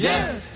Yes